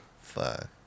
Fuck